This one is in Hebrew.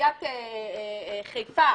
עיריית חיפה,